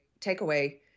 takeaway